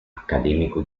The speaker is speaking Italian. accademico